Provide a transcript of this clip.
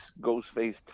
Ghostface